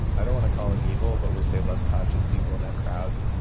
i don't want to call them evil, but we'll say less conscious people in that crowd.